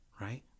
right